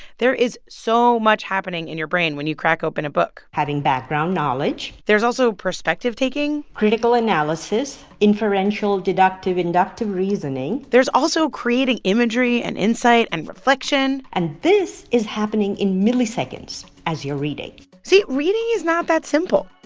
there is so much happening in your brain when you crack open a book having background knowledge there's also perspective-taking critical analysis inferential, deductive, inductive reasoning there's also creating imagery and insight and reflection and this is happening in milliseconds as you're reading see? reading is not that simple.